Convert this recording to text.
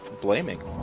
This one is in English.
blaming